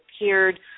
appeared